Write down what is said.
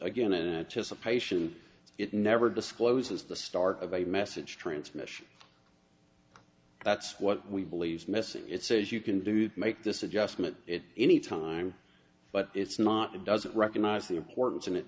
again anticipation it never discloses the start of a message transmission that's what we believe message it says you can do to make this adjustment it any time but it's not it doesn't recognize the importance and it